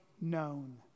known